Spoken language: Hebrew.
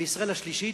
וישראל השלישית,